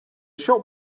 shop